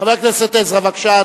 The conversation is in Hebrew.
חבר הכנסת עזרא, בבקשה,